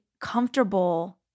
comfortable